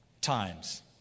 Times